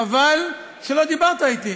חבל שלא דיברת אתי.